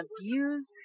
abuse